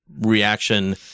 reaction